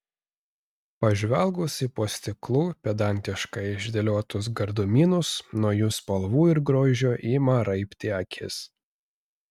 pažvelgus į po stiklu pedantiškai išdėliotus gardumynus nuo jų spalvų ir grožio ima raibti akys